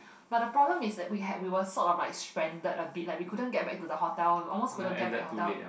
but the problem is that we had we were sort of like stranded a bit like we couldn't get back to the hotel we almost couldn't get back hotel